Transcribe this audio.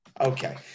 Okay